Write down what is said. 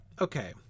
Okay